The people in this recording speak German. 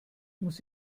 muss